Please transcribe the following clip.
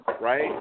right